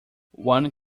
one